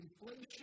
inflation